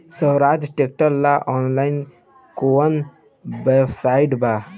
सोहराज tractor ला online कोउन website बा?